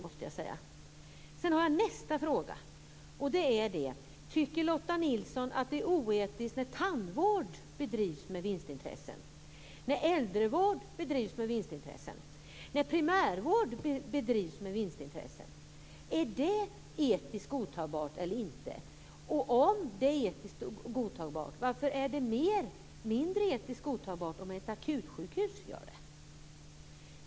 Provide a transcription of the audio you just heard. Hedström att det är oetiskt när tandvård bedrivs med vinstintressen, när äldrevård och primärvård bedrivs med vinstintressen? Är det etiskt godtagbart eller inte? Om det är etiskt godtagbart, varför är det mindre etiskt godtagbart om ett akutsjukhus gör det?